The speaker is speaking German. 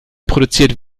produziert